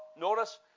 Notice